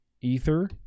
ether